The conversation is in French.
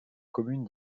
commune